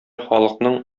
халыкның